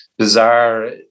bizarre